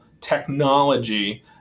technology